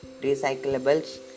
recyclables